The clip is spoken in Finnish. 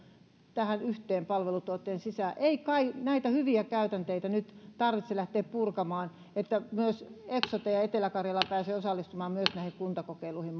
tämän yhden palveluntuottajan sisään ei kai näitä hyviä käytänteitä nyt tarvitse lähteä purkamaan jotta myös eksote ja etelä karjala pääsevät osallistumaan näihin kuntakokeiluihin